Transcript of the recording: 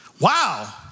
Wow